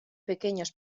pequeños